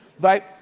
right